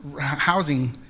housing